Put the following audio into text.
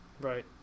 Right